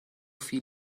viel